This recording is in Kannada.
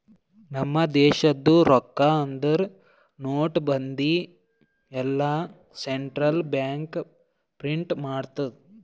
ನಮ್ ದೇಶದು ರೊಕ್ಕಾ ಅಂದುರ್ ನೋಟ್, ಬಂದಿ ಎಲ್ಲಾ ಸೆಂಟ್ರಲ್ ಬ್ಯಾಂಕ್ ಪ್ರಿಂಟ್ ಮಾಡ್ತುದ್